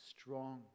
strong